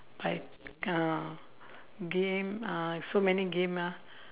like uh game uh so many game ah